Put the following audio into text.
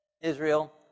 Israel